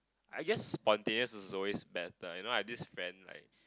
I guess spontaneous is always better you know I have this friend like